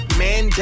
man